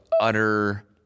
utter